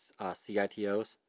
CITOs